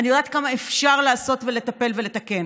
אני יודעת כמה אפשר לעשות ולטפל ולתקן.